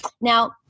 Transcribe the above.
now